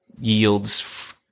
yields